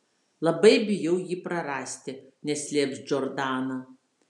labai bijau jį prarasti neslėps džordana